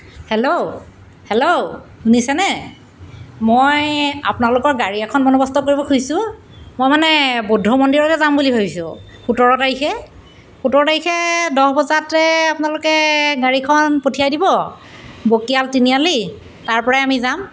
hello hello শুনিছেনে মই আপোনালোকৰ গাড়ী এখন বন্দবস্ত কৰিব খুজিছোঁ মই মানে বৌদ্ধ মন্দিৰতে যাম বুলি ভাবিছোঁ সোতৰ তাৰিখে সোতৰ তাৰিখে দহ বজাতে আপোনালোকে গাড়ীখন পঠিয়াই দিব বকিয়াল তিনিআলি তাৰ পৰাই আমি যাম